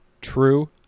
True